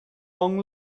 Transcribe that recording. long